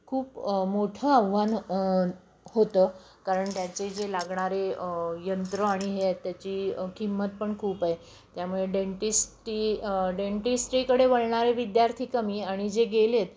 खूप मोठं आव्हान होतं कारण त्याचे जे लागणारे यंत्र आणि हे आहेत त्याची किंमत पण खूप आहे त्यामुळे डेंटिस्टी डेंटिस्टीकडे वळणारे विद्यार्थी कमी आणि जे गेले आहेत